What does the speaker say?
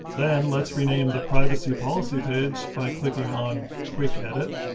then let's rename the privacy policy page by clicking on quick edit.